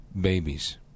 babies